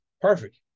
Perfect